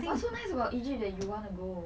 what's so nice about egypt that you want to go